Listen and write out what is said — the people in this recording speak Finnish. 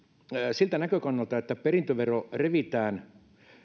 siltä näkökannalta että perintövero revitään